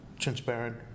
transparent